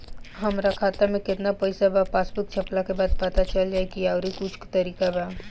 हमरा खाता में केतना पइसा बा पासबुक छपला के बाद पता चल जाई कि आउर कुछ तरिका बा?